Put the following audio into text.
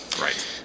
right